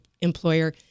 employer